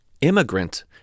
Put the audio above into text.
immigrant